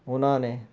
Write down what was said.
ਉਨਾਂ ਨੇ